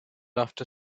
after